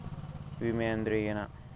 ವಿಮೆ ಅಂದ್ರೆ ಏನ?